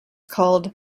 called